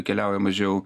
keliauja mažiau